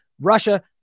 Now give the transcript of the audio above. Russia